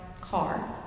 car